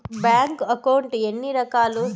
bank account ఎన్ని రకాలు